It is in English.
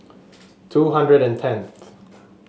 two hundred and tenth